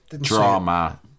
drama